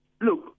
Look